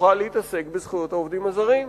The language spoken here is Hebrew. שתוכל להתעסק בזכויות העובדים הזרים.